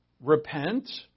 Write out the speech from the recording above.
repent